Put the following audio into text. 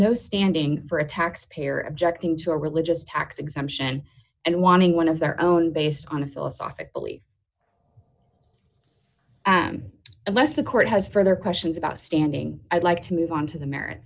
no standing for a taxpayer objecting to a religious tax exemption and wanting one of their own based on a philosophically unless the court has further questions about standing i'd like to move on to the m